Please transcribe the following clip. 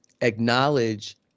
acknowledge